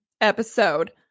episode